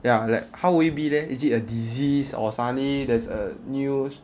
ya like how would it be leh is it a disease or suddenly there's a new